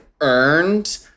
earned